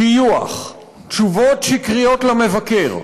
טיוח, תשובות שקריות למבקר,